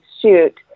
shoot